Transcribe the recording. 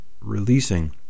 releasing